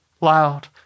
loud